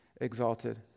exalted